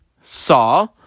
saw